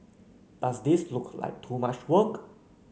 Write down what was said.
does this look like too much work